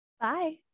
bye